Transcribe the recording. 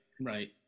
right